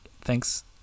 Thanks